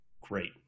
Great